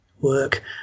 work